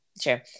sure